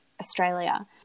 Australia